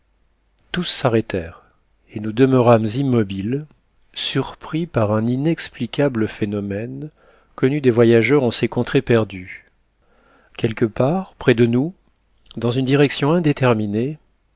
tous s'arrêtèrent et nous demeurâmes immobiles surpris par un inexplicable phénomène connu des voyageurs en ces contrées perdues quelque part près de nous dans une direction indéterminée